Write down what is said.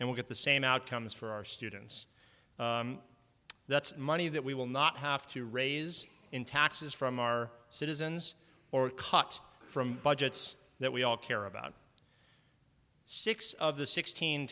and we get the same outcomes for our students that's money that we will not have to raise in taxes from our citizens or cut from budgets that we all care about six of the sixteen